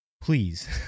Please